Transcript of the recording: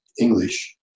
English